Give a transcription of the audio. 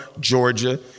Georgia